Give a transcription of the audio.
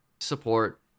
support